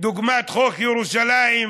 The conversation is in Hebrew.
דוגמת חוק ירושלים,